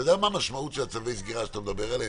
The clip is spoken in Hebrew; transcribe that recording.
אתה יודע מה המשמעות של צווי הסגירה שאתה מדבר עליהם?